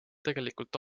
tegelikult